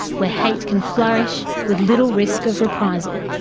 where hate can flourish with little risk of reprisal.